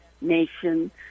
nation